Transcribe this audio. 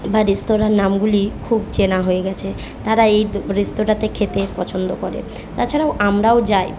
বা রেস্তরাঁর নামগুলি খুব চেনা হয়ে গিয়েছে তারা এই রেস্তরাঁতে খেতে পছন্দ করে তাছাড়াও আমরাও যাই